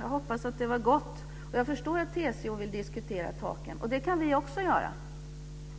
Jag hoppas att det var gott. Och jag förstår att TCO vill diskutera taken. Och det kan vi också göra.